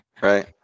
right